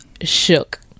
shook